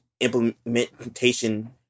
implementation